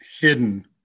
hidden